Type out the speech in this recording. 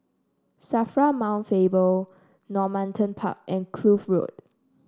Safra Mount Faber Normanton Park and Kloof Road